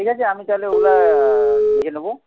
ঠিক আছে আমি তাহলে ওগুলো দেখে নেব